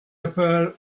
appear